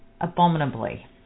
abominably